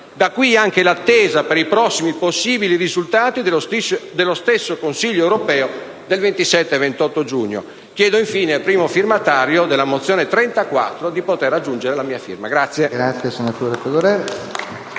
Da qui anche l'attesa per i prossimi possibili risultati dello stesso Consiglio europeo del 27 e 28 giugno. Chiedo, infine, al primo firmatario della mozione n. 34 (testo 2) di poter aggiungere la mia firma.